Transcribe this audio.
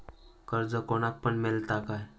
कर्ज कोणाक पण मेलता काय?